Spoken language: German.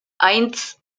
eins